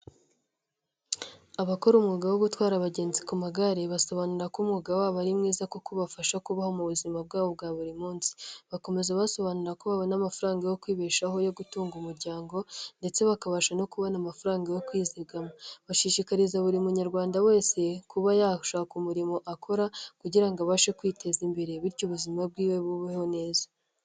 Abakora umwuga wo gutwara abagenzi ku magare basobanura ko umwuga wabo ari mwiza kuko ubafasha kubaho mu buzima bwabo bwa buri munsi, bakomeza basobanura ko babona amafaranga yo kwibeshaho, yo gutunga umuryango ndetse bakabasha no kubona amafaranga yo kwizigama, bashishikariza buri munyarwanda wese kuba yashaka umurimo akora kugira ngo abashe kwiteza imbere bityo ubuzima bwiwe bubeho neza.